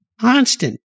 constant